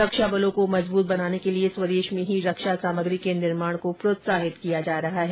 रक्षा बलों को मजबूत बनाने के लिए स्वदेश में ही रक्षा सामग्री के निर्माण को प्रोत्साहित किया जा रहा है